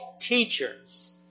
teachers